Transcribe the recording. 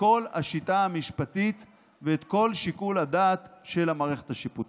כל השיטה המשפטית ואת כל שיקול הדעת של המערכת השיפוטית.